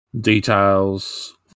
details